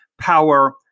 power